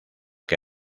que